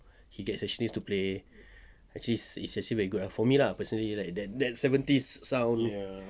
he gets sessionist to play actually actually very good ah for me lah personally like like that seventies sound